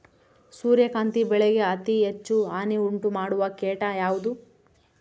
ಸೂರ್ಯಕಾಂತಿ ಬೆಳೆಗೆ ಅತೇ ಹೆಚ್ಚು ಹಾನಿ ಉಂಟು ಮಾಡುವ ಕೇಟ ಯಾವುದು?